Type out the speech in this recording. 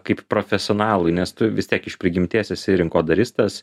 kaip profesionalui nes tu vis tiek iš prigimties esi rinkodaristas